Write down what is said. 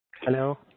Hello